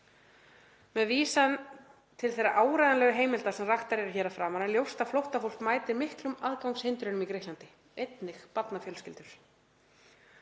Með vísan til þeirra áreiðanlegu heimilda sem raktar eru hér að framan er ljóst að flóttafólk mætir miklum aðgangshindrunum í Grikklandi, einnig barnafjölskyldur.